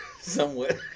Somewhat